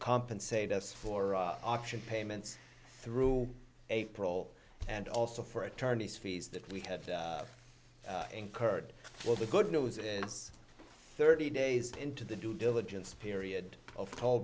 compensate us for auction payments through april and also for attorneys fees that we had incurred with the good news is thirty days into the due diligence period of toll